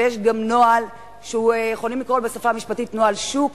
ויש גם נוהל שיכולים לקרוא לו בשפה המשפטית "נוהל שוק",